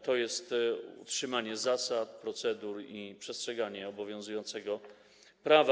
To jest utrzymanie zasad, procedur i przestrzeganie obowiązującego prawa.